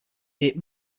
eight